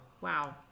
wow